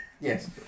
Yes